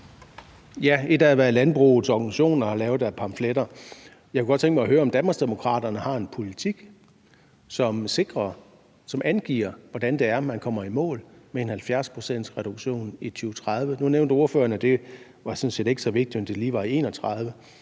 ting er, hvad landbrugets organisationer har lavet af pamfletter. Jeg kunne godt tænke mig at høre, om Danmarksdemokraterne har en politik, som angiver, hvordan man kommer i mål med en 70-procentsreduktion i 2030. Nu nævnte ordføreren, at det ikke var så vigtigt, om det lige blev i 2030.